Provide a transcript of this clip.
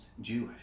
Jewish